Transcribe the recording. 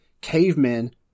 Cavemen